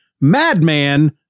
Madman